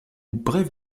brève